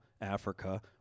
Africa